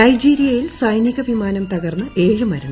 നൈജീരിയയിൽ സൈനിക വിമാനം തകർന്ന് ഏഴ് മരണം